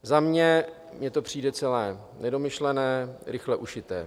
Za mě mi to přijde celé nedomyšlené, rychle ušité.